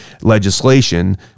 legislation